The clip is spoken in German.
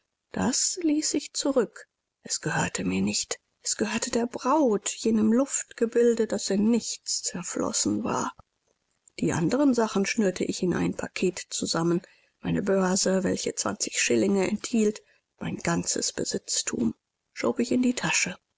das ließ ich zurück es gehörte nicht mir es gehörte der braut jenem luftgebilde das in nichts zerflossen war die anderen sachen schnürte ich in ein packet zusammen meine börse welche zwanzig schillinge enthielt mein ganzes besitztum schob ich in die tasche